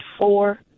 four